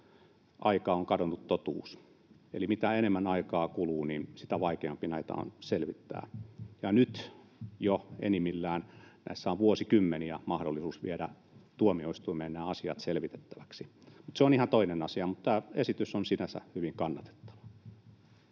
aika on kadonnut totuus”, eli mitä enemmän aikaa kuluu, sitä vaikeampi näitä on selvittää. Nyt jo enimmillään näissä on vuosikymmeniä mahdollisuus viedä tuomioistuimeen nämä asiat selvitettäväksi. Mutta se on ihan toinen asia, ja tämä esitys on sinänsä hyvin kannatettava.